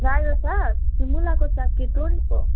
रायो साग मुलाको साग कि तोरीको